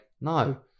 no